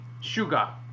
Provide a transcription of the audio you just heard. sugar